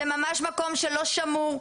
זה ממש מקום שלא שמור,